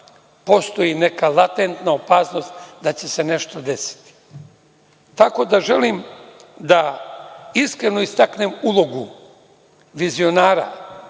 postoji neka latentna opasnost da će se nešto desiti. Želim da iskreno istaknem ulogu vizionara,